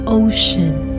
ocean